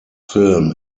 film